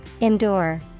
Endure